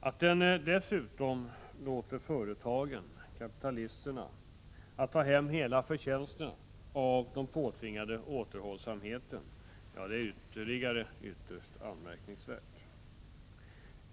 Att den dessutom låter företagen — kapitalisterna — ta hem hela förtjänsten av den påtvingade återhållsamheten är ytterst anmärkningsvärt.